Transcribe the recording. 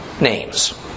names